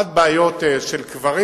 עד בעיות של קברים.